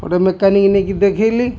ଗୋଟେ ମେକାନିକ ନେଇକି ଦେଖାଇଲି